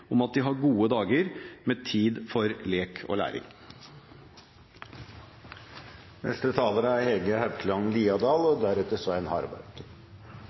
om at de har gode dager med tid for lek og læring. Det er